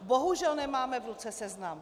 Bohužel nemáme v ruce seznam.